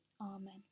Amen